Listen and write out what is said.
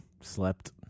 Slept